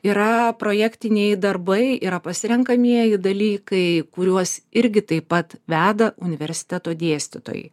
yra projektiniai darbai yra pasirenkamieji dalykai kuriuos irgi taip pat veda universiteto dėstytojai